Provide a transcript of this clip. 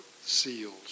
seals